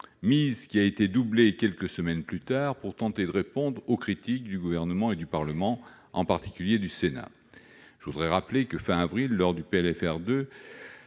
mise qui a été doublée quelques semaines plus tard pour tenter de répondre aux critiques du Gouvernement et du Parlement, en particulier du Sénat. Je voudrais rappeler que, fin avril, lors du PLFR 2,